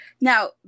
Now